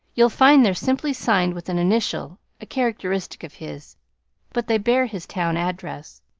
you'll find they're simply signed with an initial a characteristic of his but they bear his town address.